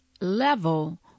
level